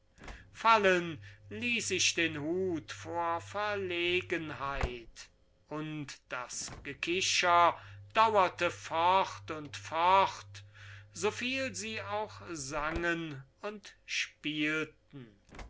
fallen ließ ich den hut vor verlegenheit und das gekicher dauerte fort und fort soviel sie auch sangen und spielten